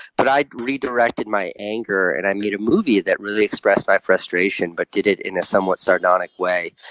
but i redirected my anger and i made a movie that really expressed my frustration, but did it in a somewhat sardonic way.